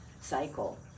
cycle